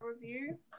review